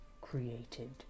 created